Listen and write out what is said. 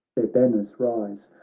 their banners rise,